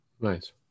nice